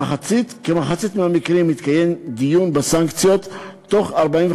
בכמחצית מהמקרים התקיים דיון בסנקציות בתוך 45